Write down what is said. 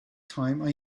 time